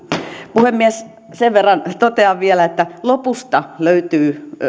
puhemies sen verran totean vielä että lopusta löytyy